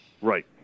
Right